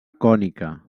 cònica